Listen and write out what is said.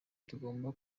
tugomba